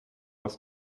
was